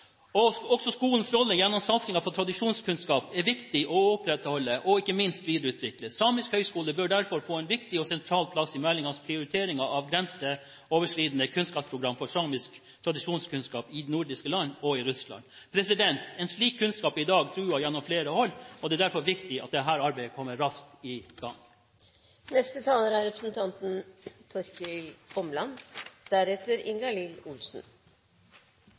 Også skolens rolle gjennom satsingen på tradisjonskunnskap er viktig å opprettholde og ikke minst videreutvikle. Samisk Høgskole bør derfor få en viktig og sentral plass i meldingens prioriteringer av et grenseoverskridende kunnskapsprogram for samisk tradisjonskunnskap i de nordiske land og i Russland. En slik kunnskap er i dag truet fra flere hold. Det er derfor viktig at dette arbeidet kommer raskt i gang. Det er